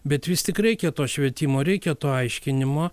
bet vis tik reikia to švietimo reikia to aiškinimo